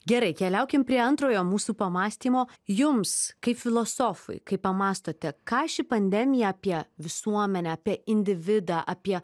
gerai keliaukim prie antrojo mūsų pamąstymo jums kaip filosofui kai pamąstote ką ši pandemija apie visuomenę apie individą apie